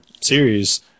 series